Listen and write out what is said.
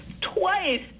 twice